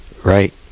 Right